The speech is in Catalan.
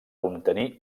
obtenir